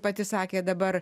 pati sakė dabar